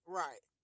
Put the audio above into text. right